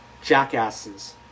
Jackasses